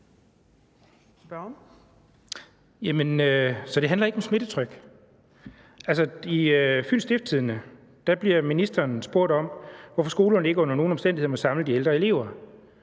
Så det handler ikke om smittetryk? Altså, i Fyens Stiftstidende bliver ministeren spurgt om, hvorfor skolerne ikke under nogen omstændigheder må samle de ældre elever.